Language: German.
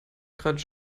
gerade